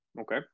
Okay